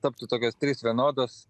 taptų tokios trys vienodos